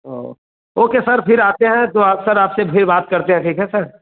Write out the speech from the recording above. okay sir फिर आते हैं तो आप सर आपसे फिर बात करते हैं ठीक है सर